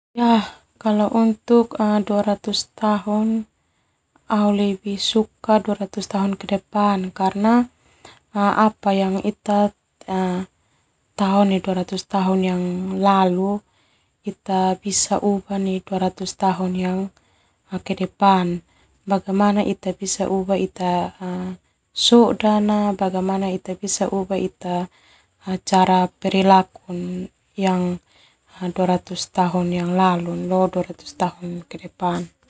Dua ratus tahun au lebih suka dua ratus tahun kedepan karna apa yang ita tao nai dua ratus tahun yang lalu ita bisa ubah nai dua ratus tahun yang ke depan bagaimana ita bisa ubah ita soda na cara perilaku yang dua ratus tahun lalu lo dua ratus tahun ke depan.